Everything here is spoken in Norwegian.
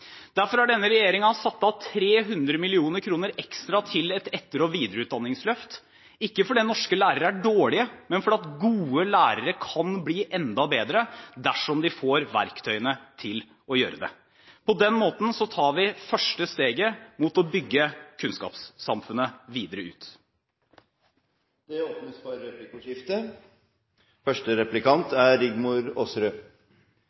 Derfor har denne regjeringen satt av 300 mill. kr ekstra til et etter- og videreutdanningsløft. Det er ikke fordi norske lærere er dårlige, men fordi gode lærere kan bli enda bedre, dersom de får verktøyene til å bli det. På den måten tar vi det første steget mot å bygge kunnskapssamfunnet videre ut. Det blir replikkordskifte.